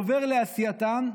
עובר לעשייתם,